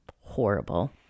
horrible